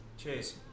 cheers